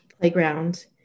playground